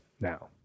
now